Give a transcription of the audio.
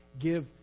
give